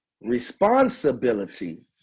responsibility